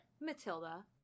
matilda